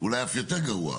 אולי אף יותר גרוע,